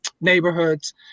neighborhoods